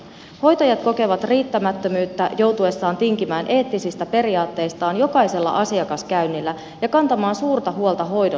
hoitajat kokevat riittämättömyyttä joutuessaan tinkimään eettisistä periaatteistaan jokaisella asiakaskäynnillä ja kantamaan suurta huolta hoidon laadusta